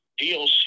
DLC